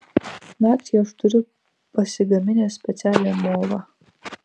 nakčiai aš turiu pasigaminęs specialią movą